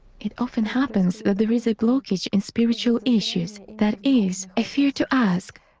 it often happens that there is a blockage in spiritual issues, that is, a fear to ask.